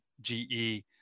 GE